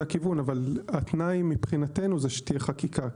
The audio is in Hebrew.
הכיוון אבל התנאי מבחינתנו זה שתהיה חקיקה.